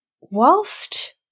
whilst